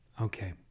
Okay